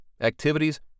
activities